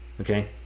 Okay